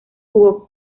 jugo